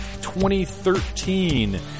2013